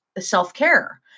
self-care